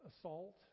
assault